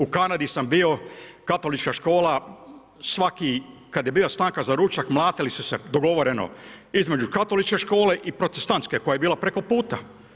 U Kanadi sam bio, Katolička škola svaki, kad je bila stanka za ručak mlatili su se dogovoreno između Katoličke škole i Protestantske koja je bila preko puta.